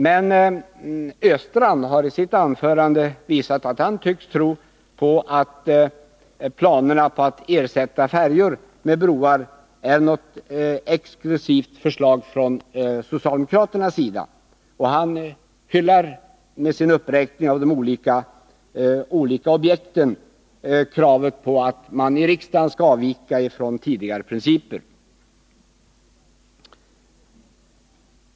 Men Olle Östrand har i sitt anförande visat att han tycks tro att planerna på att ersätta färjor med broar är något exklusivt förslag från socialdemokraternas sida. Med sin uppräkning av olika objekt hyllar han kravet på att riksdagen skall avvika från tidigare principer.